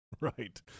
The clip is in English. Right